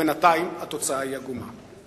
ובינתיים התוצאה היא עגומה.